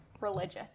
religious